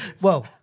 Whoa